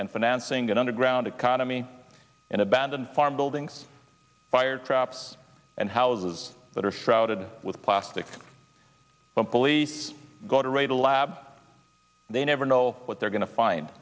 and financing an underground economy an abandoned farm buildings fire traps and houses that are shrouded with plastic but police go to raid a lab they never know what they're going to find